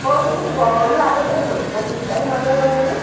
অঁতো গৰম বন্ধৰ আগতেই গ'ল পঁচিছ তাৰিখ মানেই গ'ল নেকি